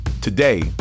Today